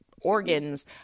organs